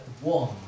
one